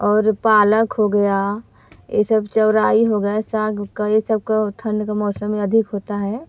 और पालक हो गया ए सब चौलाई हो गया साग का ए सबका ठंड के मौसम में अधिक होता है